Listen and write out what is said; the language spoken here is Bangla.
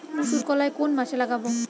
মুসুরকলাই কোন মাসে লাগাব?